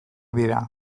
dira